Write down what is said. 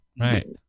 right